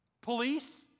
Police